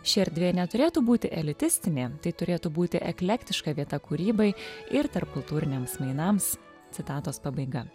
ši erdvė neturėtų būti elitistinė tai turėtų būti eklektiška vieta kūrybai ir tarpkultūriniams mainams citatos pabaiga